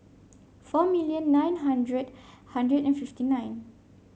four million nine hundred hundred and fifty nine